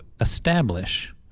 establish